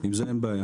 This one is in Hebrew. עם זה אין בעיה.